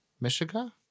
Michigan